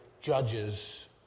judges